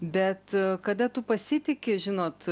bet kada tu pasitiki žinot